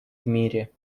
мире